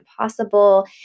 possible